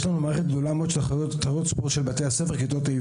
יש לנו מערכת גדולה מאוד של התאחדות ספורט של בתי הספר כיתות ה',